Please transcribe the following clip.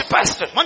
Pastor